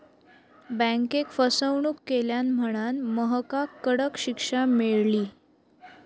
बँकेक फसवणूक केल्यान म्हणांन महकाक कडक शिक्षा मेळली